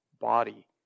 body